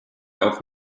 auf